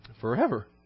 Forever